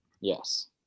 Yes